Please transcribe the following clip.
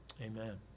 amen